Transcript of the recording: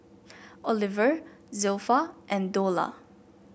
Oliver Zilpha and Dola